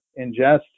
ingest